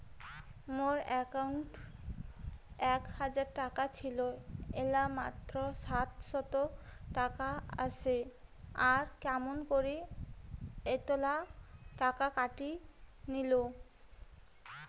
মোর একাউন্টত এক হাজার টাকা ছিল এলা মাত্র সাতশত টাকা আসে আর কেমন করি এতলা টাকা কাটি নিল?